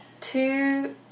two